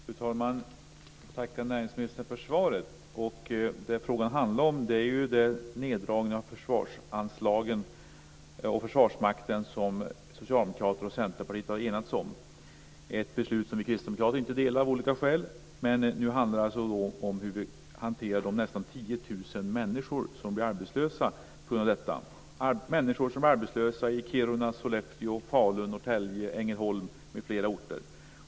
Fru talman! Jag tackar näringsministern för svaret. Det frågan handlar om är det neddragna försvarsanslaget till Försvarsmakten, som Socialdemokraterna och Centerpartiet har enats om. Det är ett beslut som vi kristdemokrater av olika skäl inte delar, men nu handlar det om hur vi hanterar de nästan 10 000 människor som blir arbetslösa på grund av detta. Det är människor som blir arbetslösa i Kiruna, Sollefteå, Falun, Norrtälje, Ängelholm, m.fl. orter.